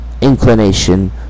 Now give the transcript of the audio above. inclination